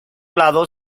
lado